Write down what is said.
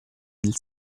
del